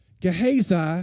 Gehazi